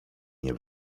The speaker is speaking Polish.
nie